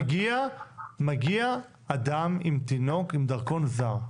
מגיע אדם עם תינוק עם דרכון זר,